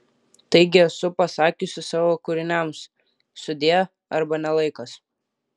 taigi esu pasakiusi savo kūriniams sudie arba ne laikas